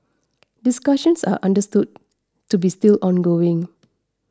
discussions are understood to be still ongoing